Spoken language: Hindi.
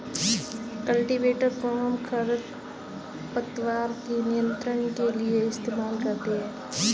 कल्टीवेटर कोहम खरपतवार के नियंत्रण के लिए इस्तेमाल करते हैं